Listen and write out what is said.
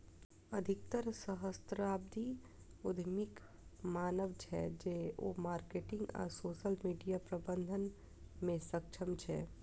अधिकतर सहस्राब्दी उद्यमीक मानब छै, जे ओ मार्केटिंग आ सोशल मीडिया प्रबंधन मे सक्षम छै